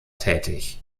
tätig